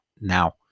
now